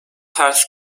ters